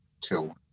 till